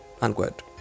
unquote